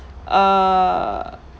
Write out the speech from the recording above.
err